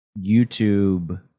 YouTube